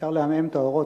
אפשר לעמעם את האורות.